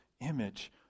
image